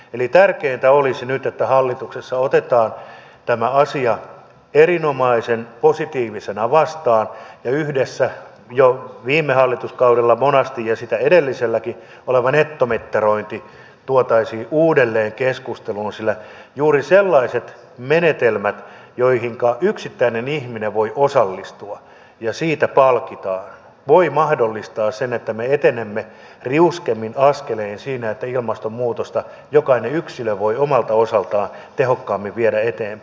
eli tärkeintä olisi nyt että hallituksessa otetaan tämä asia erinomaisen positiivisena vastaan ja jo viime hallituskaudella monasti ja sitä edelliselläkin esillä ollut nettomittarointi tuotaisiin yhdessä uudelleen keskusteluun sillä juuri sellaiset menetelmät joihinka yksittäinen ihminen voi osallistua ja joista palkitaan voivat mahdollistaa sen että me etenemme riuskemmin askelein siinä että ilmastonmuutosta jokainen yksilö voi omalta osaltaan tehokkaammin ehkäistä